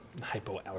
hypoallergenic